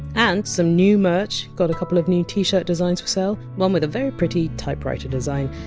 and some new merch got a couple of new tshirt designs for sale, one with a very pretty typewriter design,